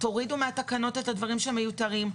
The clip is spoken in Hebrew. תורידו מהתקנות את הדברים שמיותרים.